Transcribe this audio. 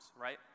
right